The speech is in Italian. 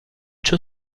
ciò